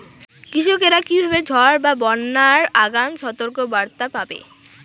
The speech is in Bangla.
কৃষকেরা কীভাবে ঝড় বা বন্যার আগাম সতর্ক বার্তা পাবে?